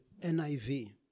NIV